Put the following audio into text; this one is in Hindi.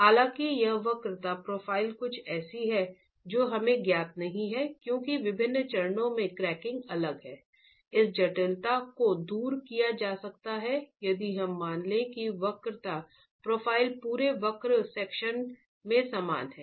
हालांकि यह वक्रता प्रोफ़ाइल कुछ ऐसी है जो हमें ज्ञात नहीं है क्योंकि विभिन्न चरणों में क्रैकिंग अलग है इस जटिलता को दूर किया जा सकता है यदि हम मान लें कि वक्रता प्रोफ़ाइल पूरे क्रॉस सेक्शन में समान है